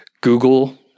Google